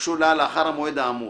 שהוגשו לה לאחר המועד האמור.